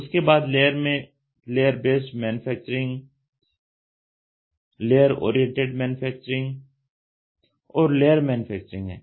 उसके बाद लेयर में layer based manufacturing layer oriented manufacturing और लेयर मैन्युफैक्चरिंग है